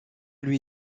lui